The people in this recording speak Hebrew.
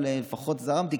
אבל לפחות זרמתי,